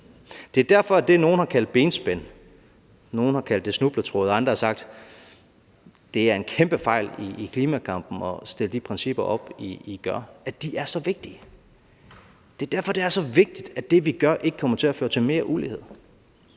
Det er derfor, at det, nogle har kaldt benspænd og nogle har kaldt snubletråde – andre har sagt: Det er en kæmpe fejl i klimakampen at stille de principper op, I gør – er så vigtige. Det er derfor, det er så vigtigt, at det, vi gør, ikke kommer til at føre til mere ulighed.